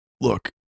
Look